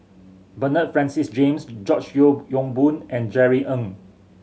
Bernard Francis James George Yeo Yong Boon and Jerry Ng